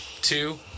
two